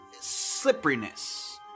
slipperiness